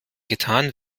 getan